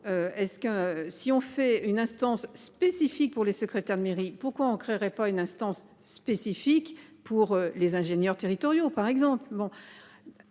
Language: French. si on fait une instance spécifique pour les secrétaires de mairie, pourquoi on créerait pas une instance spécifique pour les ingénieurs territoriaux par exemple